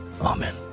Amen